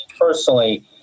personally